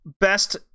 Best